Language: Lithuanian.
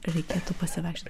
reikėtų pasivaikščiot